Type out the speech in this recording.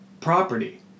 property